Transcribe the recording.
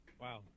Wow